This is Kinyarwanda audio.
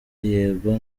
yego